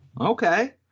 okay